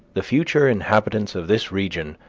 the future inhabitants of this region,